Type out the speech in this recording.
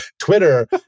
Twitter